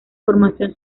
formación